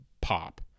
pop